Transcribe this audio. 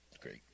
great